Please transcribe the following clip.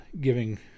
giving